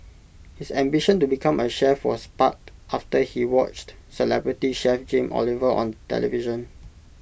his ambition to become A chef was sparked after he watched celebrity chef Jamie Oliver on television